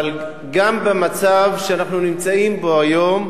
אבל גם במצב שאנחנו נמצאים בו היום,